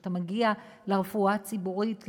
כשאתה מגיע לרפואה הציבורית,